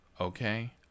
okay